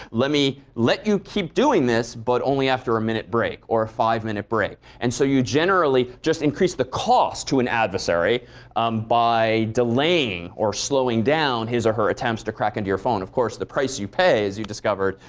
let me let you keep doing this but only after a minute break or a five minute break. and so you generally just increase the cost to an adversary by delaying or slowing down his or her attempts to crack into your phone. of course the price you pay, as you discovered,